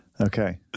Okay